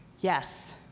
yes